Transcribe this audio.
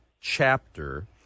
chapter